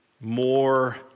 more